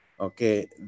okay